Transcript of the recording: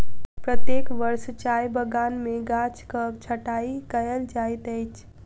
प्रत्येक वर्ष चाय बगान में गाछक छंटाई कयल जाइत अछि